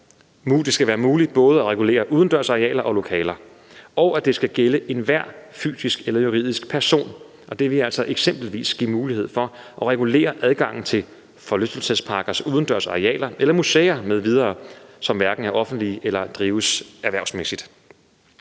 det skal være muligt at regulere både udendørs arealer og lokaler, og at det skal gælde enhver fysisk eller juridisk person – og det vil altså eksempelvis give mulighed for at regulere adgangen til forlystelsesparkers udendørs arealer eller museer m.v., som hverken er offentlige eller drives erhvervsmæssigt.